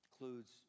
includes